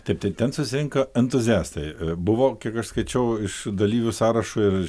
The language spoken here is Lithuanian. taip taip ten susirenka entuziastai buvo kiek aš skaičiau iš dalyvių sąrašo ir